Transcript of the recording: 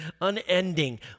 Unending